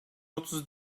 otuz